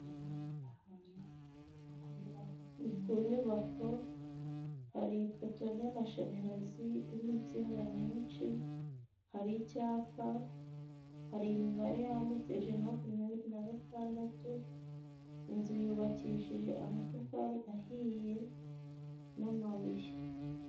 Ni ku nyubako hari ipoto ry'amashanyarazi ririho insinga nyinshi, hari icyapa, hari imibare yanditse ijana na makumyabiri na gatandatu, inzu yubakishije amatafari ahiye n'amabuye.